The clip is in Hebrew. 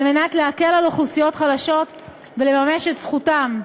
מנת להקל על אוכלוסיות חלשות לממש את זכותן.